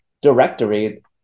directory